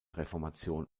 reformation